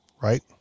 right